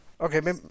Okay